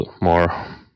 more